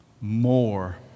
more